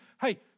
hey